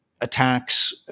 attacks